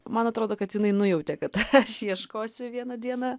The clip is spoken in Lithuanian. man atrodo kad jinai nujautė kad aš ieškosiu vieną dieną